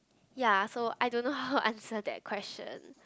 ya so I don't know how to answer that question